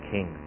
King